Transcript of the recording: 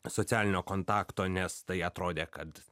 socialinio kontakto nes tai atrodė kad